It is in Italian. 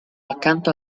accanto